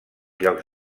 llocs